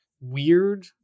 weird